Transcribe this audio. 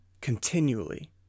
continually